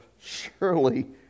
surely